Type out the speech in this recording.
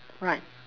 right